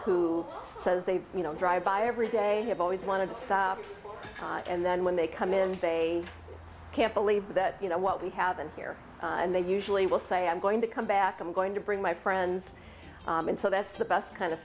who says they drive by every day have always wanted to stop and then when they come in they can't believe that you know what we have been here and they usually will say i'm going to come back i'm going to bring my friends in so that's the best kind of